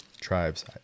Tribes